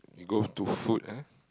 go to food ah